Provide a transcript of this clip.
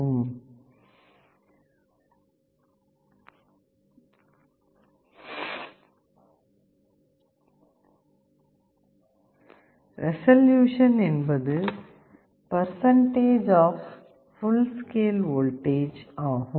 resolution என்பது percentage of full scale voltage ஆகும்